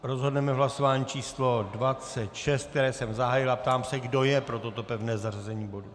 Rozhodneme v hlasování číslo 26, které jsem zahájil, a ptám se, kdo je pro toto pevné zařazení bodu.